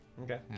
Okay